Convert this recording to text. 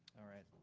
all right.